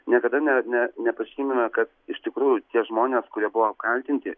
niekada ne ne nepasimena kad iš tikrųjų tie žmonės kurie buvo apkaltinti